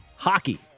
Hockey